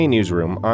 Newsroom